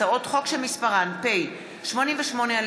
הצעות חוק שמספרן פ/88/20,